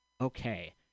Okay